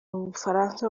bufaransa